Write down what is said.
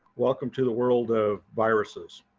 welcome to the world of viruses.